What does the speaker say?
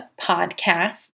Podcast